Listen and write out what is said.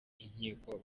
inkiko